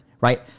right